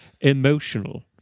Emotional